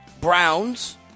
Browns